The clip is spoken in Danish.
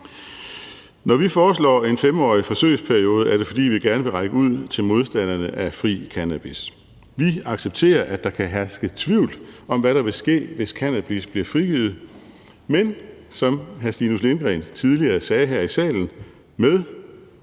Når vi foreslår en 5-årig forsøgsperiode, er det, fordi vi gerne vil række ud til modstanderne af fri cannabis. Vi accepterer, at der kan herske tvivl om, hvad der vil ske, hvis cannabis bliver frigivet. Men som hr. Stinus Lindgreen tidligere sagde her i salen med,